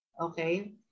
Okay